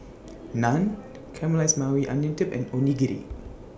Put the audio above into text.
Naan Caramelized Maui Onion Dip and Onigiri